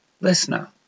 listener